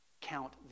count